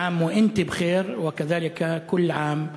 הצלחה, בריאות ואושר לעמנו,